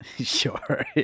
Sure